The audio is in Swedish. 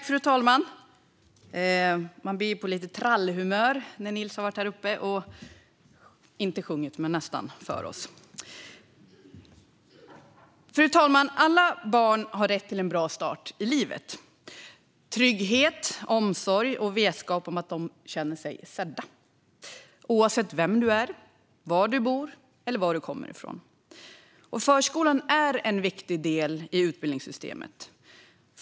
Fru talman! Man blir på lite trallhumör när Niels har varit uppe och inte sjungit för oss men nästan. Fru talman! Alla barn har rätt till en bra start i livet. Det handlar om trygghet, omsorg och vetskap om att de känner sig sedda. Så ska det vara oavsett vem du är, var du bor eller var du kommer ifrån. Förskolan är en viktig del i utbildningssystemet.